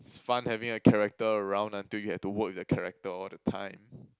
is fun having a character around until you have to work with the character all the time